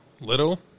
Little